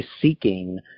seeking